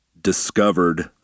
discovered